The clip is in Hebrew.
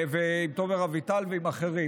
ועם תומר אביטל ועם אחרים,